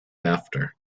after